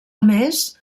més